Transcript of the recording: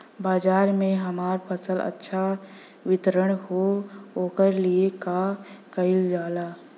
बाजार में हमार फसल अच्छा वितरण हो ओकर लिए का कइलजाला?